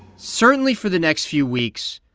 certainly for the next few weeks,